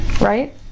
right